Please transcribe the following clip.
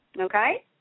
Okay